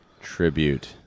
Tribute